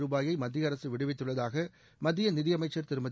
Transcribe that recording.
ரூபாயை மத்திய அரசு விடுவித்துள்ளதாக மத்திய நிதியமைச்ச் திருமதி